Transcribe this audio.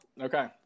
okay